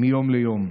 מיום ליום.